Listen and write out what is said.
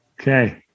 Okay